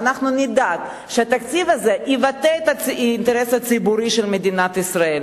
אנחנו נדאג שהתקציב הזה יבטא את האינטרס הציבורי של מדינת ישראל.